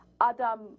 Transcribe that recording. Adam